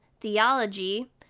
theology